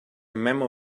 memo